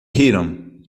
riram